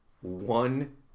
one